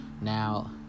Now